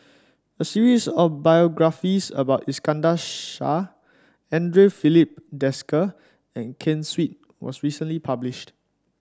a series of biographies about Iskandar Shah Andre Filipe Desker and Ken Seet was recently published